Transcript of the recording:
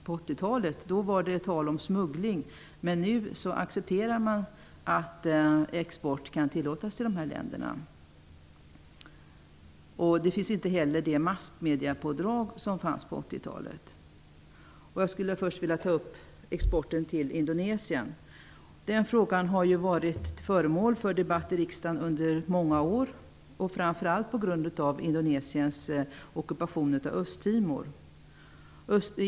På 80-talet var det tal om smuggling, men nu accepterar man att export kan tillåtas till de här länderna. Det finns inte heller det massmediapådrag som fanns på 80-talet. Först skulle jag vilja ta upp exporten till Indonesien. Den frågan har ju varit föremål för debatt i riksdagen under många år, framför allt på grund av Indonesiens ockupation av Östtimor.